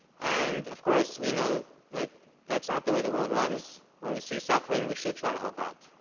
and of course we know like that's not the way the world runs. when we see suffering we should try to help out.